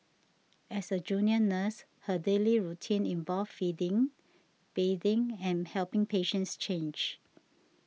as a junior nurse her daily routine involved feeding bathing and helping patients change